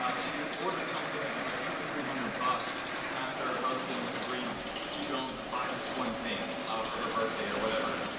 ah she ordered something that was like two or three hundred bucks after her husband and agreed she could only buy this one thing for her birthday or whatever.